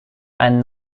and